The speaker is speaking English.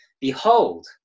Behold